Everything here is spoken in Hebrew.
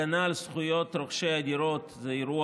הגנה על זכויות רוכשי דירות זה אירוע